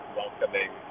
welcoming